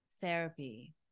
therapy